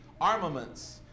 armaments